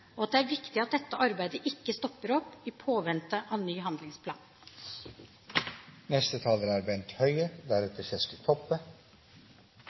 og at det er viktig at dette arbeidet ikke stopper opp i påvente av ny handlingsplan. Det er